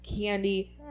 candy